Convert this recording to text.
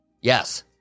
Yes